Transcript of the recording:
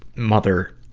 mother,